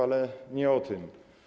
Ale nie o tym.